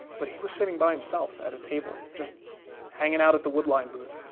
but he was sitting by himself at a table just hanging out at the woodline booth.